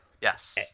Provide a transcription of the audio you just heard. Yes